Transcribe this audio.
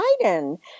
Biden